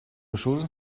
chose